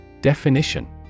Definition